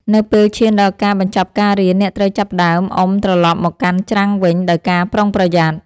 នៅពេលឈានដល់ការបញ្ចប់ការរៀន អ្នកត្រូវចាប់ផ្ដើមអុំត្រឡប់មកកាន់ច្រាំងវិញដោយការប្រុងប្រយ័ត្ន។